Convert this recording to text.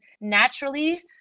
naturally